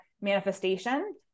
manifestation